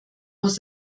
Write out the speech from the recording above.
muss